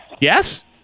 Yes